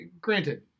granted